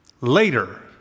later